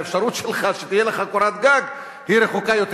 האפשרות שתהיה לך קורת גג היא רחוקה יותר.